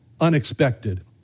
Unexpected